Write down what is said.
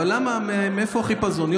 אבל מאיפה החיפזון?